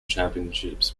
championships